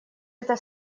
это